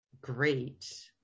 great